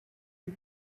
and